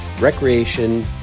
recreation